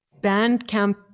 Bandcamp